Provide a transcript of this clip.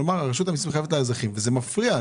כלומר, רשות המסים חייבת לאזרחים וזה מפריע.